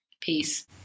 Peace